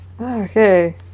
Okay